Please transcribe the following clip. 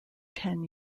ten